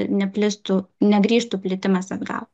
neplistų negrįžtų plitimas atgal